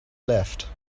left